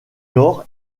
lors